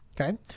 okay